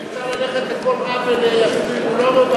הכנסת היום כבר החליטה, שאפשר ללכת לכל רב אפילו,